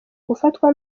gufatwa